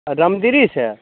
Ramgiri Se